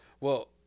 Well-